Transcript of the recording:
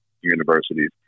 universities